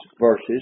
verses